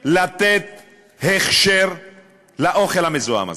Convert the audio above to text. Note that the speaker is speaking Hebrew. לתת הכשר לאוכל המזוהם הזה.